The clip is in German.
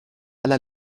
aller